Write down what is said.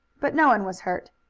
but no one was hurt.